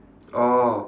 orh